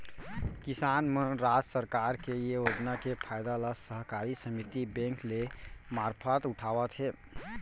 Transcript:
किसान मन राज सरकार के ये योजना के फायदा ल सहकारी समिति बेंक के मारफत उठावत हें